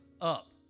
up